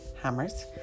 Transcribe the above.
hammers